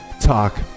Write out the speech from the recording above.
Talk